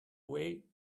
way